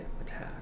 attack